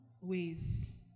ways